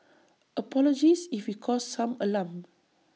apologies if we caused some alarm